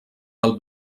del